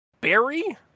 Barry